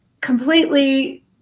completely